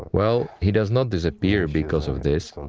well, he does not disappear because of this.